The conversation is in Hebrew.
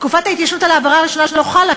תקופת ההתיישנות על העבירה הראשונה לא חלה,